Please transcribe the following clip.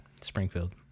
Springfield